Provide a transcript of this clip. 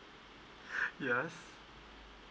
yes